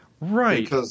Right